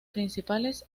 principales